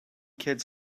kids